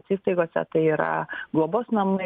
įstaigose tai yra globos namų